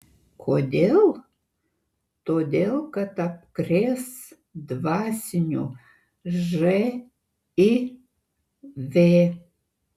kodėl todėl kad apkrės dvasiniu živ